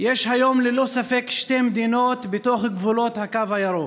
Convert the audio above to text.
יש היום ללא ספק שתי מדינות בתוך גבולות הקו הירוק: